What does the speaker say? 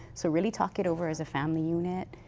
so really talk it over as a family unit,